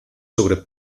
sobre